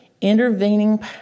intervening